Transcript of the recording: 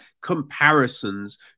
comparisons